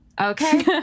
Okay